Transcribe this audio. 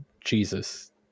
Jesus